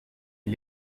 les